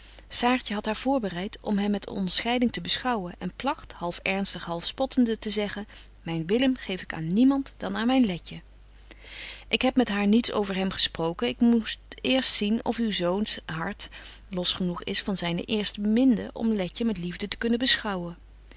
saartje hadt haar voorbereit om hem met onderscheiding te beschouwen en plagt half ernstig half spottende te zeggen myn willem geef ik aan niemand dan aan myn letje betje wolff en aagje deken historie van mejuffrouw sara burgerhart ik heb met haar niets over hem gesproken ik moet eerst zien of uw zoons hart los genoeg is van zyne eerste beminde om letje met liefde te kunnen beschouwen